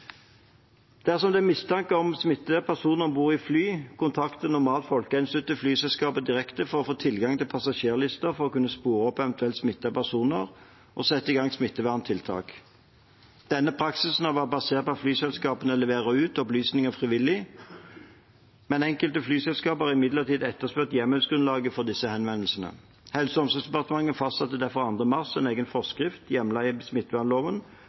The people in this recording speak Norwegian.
det er mistanke om en smittet person om bord i et fly, kontakter normalt Folkehelseinstituttet flyselskapet direkte for å få tilgang til passasjerlisten for så å kunne spore opp eventuelle smittede personer og sette i gang smitteverntiltak. Denne praksisen har vært basert på at flyselskapene leverer ut opplysningene frivillig, men enkelte flyselskaper har etterspurt hjemmelsgrunnlaget for disse henvendelsene. Helse- og omsorgsdepartementet fastsatte derfor 2. mars en egen forskrift hjemlet i